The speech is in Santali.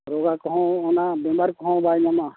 ᱨᱚᱜᱟ ᱠᱚᱦᱚᱸ ᱚᱱᱟ ᱵᱮᱢᱟᱨ ᱠᱚᱦᱚᱸ ᱧᱟᱢᱟ